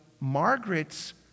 Margaret's